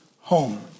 home